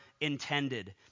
intended